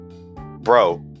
Bro